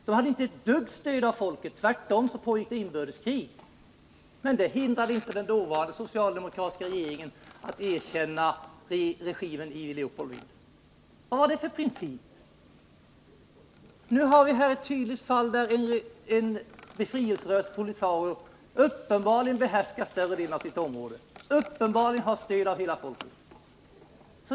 Den hade inte heller det minsta stöd av folket — tvärtom pågick inbördeskrig — men det hindrade inte den dåvarande socialdemokratiska regeringen att erkänna regeringen i Leopoldville. Enligt vilken princip gjordes det? Nu har vi här ett tydligt fall där en befrielserörelse, POLISARIO, uppenbarligen behärskar större delen av sitt område och uppenbarligen har stöd av hela folket.